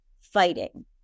fighting